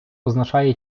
означає